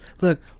look